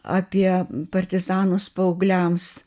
apie partizanus paaugliams